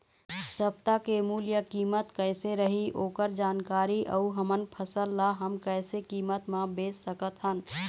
सप्ता के मूल्य कीमत कैसे रही ओकर जानकारी अऊ हमर फसल ला हम कैसे कीमत मा बेच सकत हन?